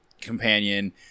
companion